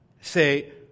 Say